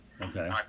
Okay